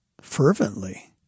fervently